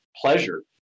pleasure